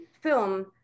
film